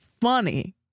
funny